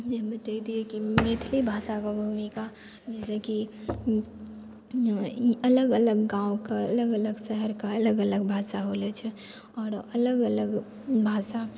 एहिमे मैथिली भाषाके भूमिका जैसेकि अलग अलग गाँवके अलग अलग शहरके अलग अलग भाषा होलै छै आओर अलग अलग भाषा